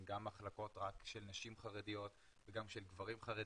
גם מחלקות רק של נשים חרדיות וגם של גברים חרדים,